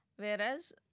Whereas